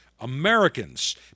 Americans